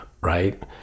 right